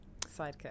sidekick